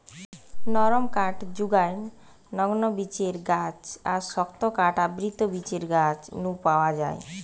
নরম কাঠ জুগায় নগ্নবীজের গাছ আর শক্ত কাঠ আবৃতবীজের গাছ নু পাওয়া যায়